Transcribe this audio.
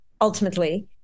ultimately